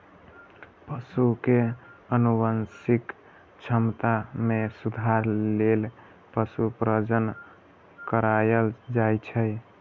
पशु के आनुवंशिक क्षमता मे सुधार लेल पशु प्रजनन कराएल जाइ छै